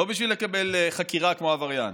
לא בשביל לקבל חקירה כמו עבריין.